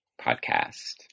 podcast